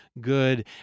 good